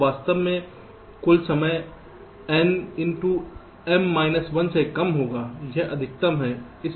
तो वास्तव में कुल समय n इन टू m 1 से कम होगा यह अधिकतम है